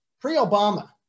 pre-Obama